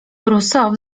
rousseau